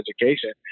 education